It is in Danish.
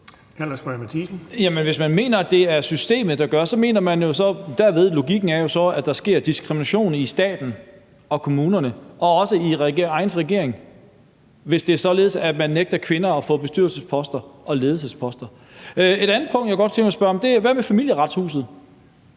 hvis man mener, at det er systemet, der gør det, må logikken så derved være, at der sker diskrimination i staten og kommunerne og også i ens egen regering, hvis det er således, at man nægter kvinder at få bestyrelsesposter og ledelsesposter. Jeg vil godt spørge om en anden ting: Hvad med Familieretshuset?